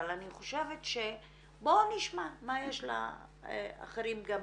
אבל בואו נשמע מה יש לאחרים גם להגיד.